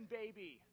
baby